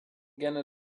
gerne